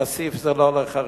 כסיף זה לא לחרדים,